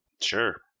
Sure